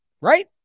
right